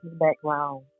background